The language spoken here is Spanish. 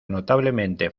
notablemente